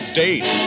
date